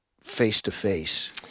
face-to-face